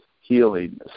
healing